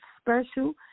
special